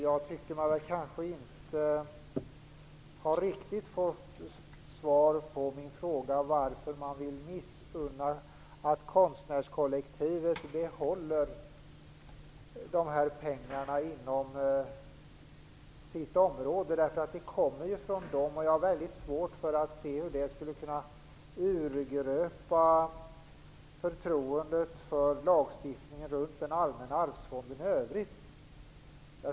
Jag har kanske inte riktigt fått svar på min fråga om varför man vill missunna konstnärskollektivet att behålla dessa pengar. Jag har väldigt svårt att se hur detta skulle kunna urgröpa förtroendet för lagstiftningen om Allmänna arvsfonden i övrigt.